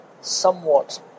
somewhat